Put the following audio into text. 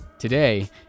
Today